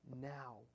now